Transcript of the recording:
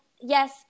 yes